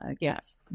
Yes